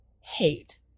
hate